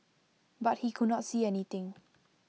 but he could not see anything